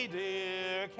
dear